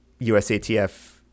USATF